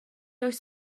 oes